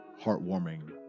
heartwarming